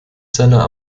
seiner